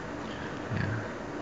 ya